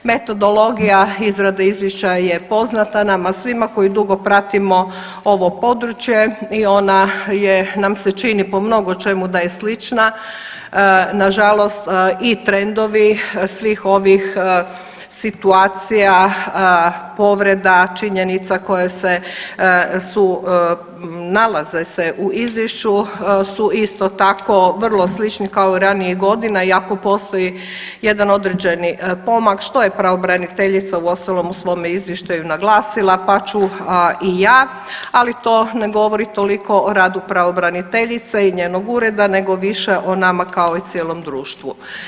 Metodologija izrade izvješća je poznata nama svima koji dugo pratimo ovo područje i ona je nam se čini po mnogo čemu da je slična, nažalost i trendovi svih ovih situacija, povreda i činjenica koje se, su, nalaze se u izvješću su isto tako vrlo slični kao i ranijih godina iako postoji jedan određeni pomak što je pravobraniteljica uostalom u svome izvještaju naglasila, pa ću i ja, ali to ne govori toliko o radu pravobraniteljice i njenog ureda nego više o nama kao i cijelom društvu.